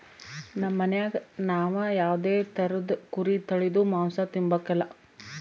ನಮ್ ಮನ್ಯಾಗ ನಾವ್ ಯಾವ್ದೇ ತರುದ್ ಕುರಿ ತಳೀದು ಮಾಂಸ ತಿಂಬಕಲ